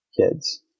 kids